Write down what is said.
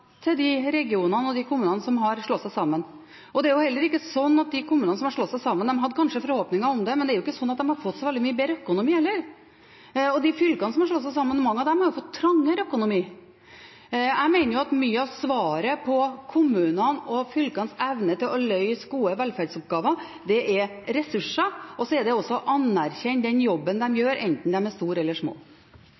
de kommunene som har slått seg sammen, har fått så veldig mye bedre økonomi, selv om de kanskje hadde forhåpninger om det. Mange av de fylkene som har slått seg sammen, har fått trangere økonomi. Jeg mener at mye av svaret på kommunenes og fylkenes evne til å løse gode velferdsoppgaver, er ressurser, og det er også å anerkjenne den jobben de gjør, enten de er